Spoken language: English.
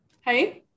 Hey